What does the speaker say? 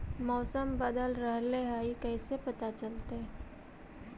मौसम बदल रहले हे इ कैसे पता चलतै?